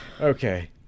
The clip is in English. Okay